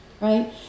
right